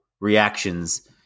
reactions